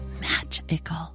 magical